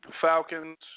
Falcons